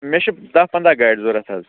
مےٚ چھِ داہ پَنٛداہ گاڑِ ضوٚرَتھ حظ